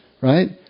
right